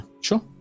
Sure